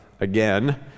again